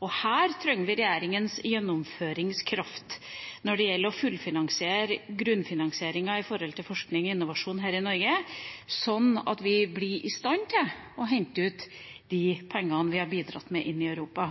Her trenger vi regjeringas gjennomføringskraft når det gjelder å fullfinansiere grunnfinansieringa i forhold til forskning og innovasjon her i Norge, så vi blir i stand til å hente ut de pengene vi har bidratt med inn i Europa.